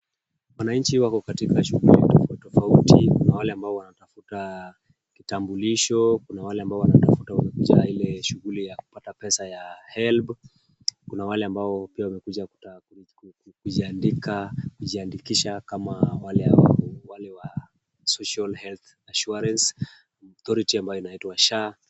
Wananchi wako katika shughuli tofauti tofauti. Kuna wale ambao wanatafuta kitambulisho kuna wale ambao wanatafuta njia ile shughuli ya kupata pesa ya helb, kuna wale ambao pia wamekuja kujiandikisha kama wale wa Social Health Assurance Authority ambayo inaitwa SHA.